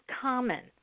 common